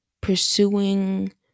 pursuing